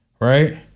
Right